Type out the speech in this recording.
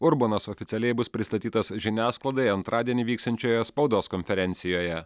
urbonas oficialiai bus pristatytas žiniasklaidai antradienį vyksiančioje spaudos konferencijoje